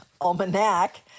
almanac